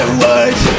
words